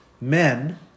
men